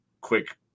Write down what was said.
quick